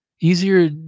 easier